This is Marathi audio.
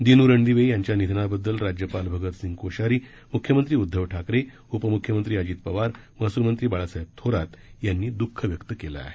दिनू रणदिवे यांच्या निधनाबद्धल राज्यपाल भगतसिंग कोश्यारी मुख्यमंत्री उद्धव ठाकरे उपमुख्यमंत्री अजित पवार महसूल मंत्री बाळासाहेब थोरात यांनी दुःख व्यक्त केलं आहे